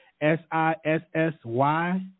S-I-S-S-Y